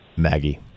Maggie